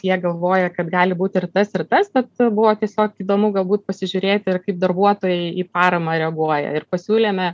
jie galvoja kad gali būt ir tas ir tas tad buvo tiesiog įdomu galbūt pasižiūrėti ir kaip darbuotojai į paramą reaguoja ir pasiūlėme